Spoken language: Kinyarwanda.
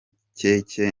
keke